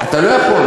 אתה לא יכול.